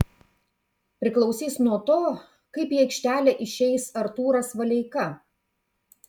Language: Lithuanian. priklausys ir nuo to kaip į aikštelę išeis artūras valeika